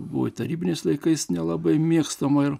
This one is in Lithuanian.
buvo tarybiniais laikais nelabai mėgstama ir